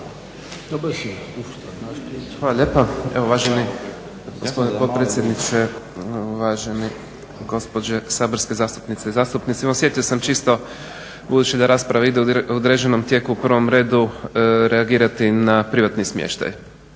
Darko (IDS)** Hvala lijepa. Evo uvaženi gospodine potpredsjedniče, uvažene gospođe saborske zastupnice i zastupnici. Evo osjetio sam čisto, budući da rasprava ide u određenom tijeku u provom redu reagirati na privatni smještaj.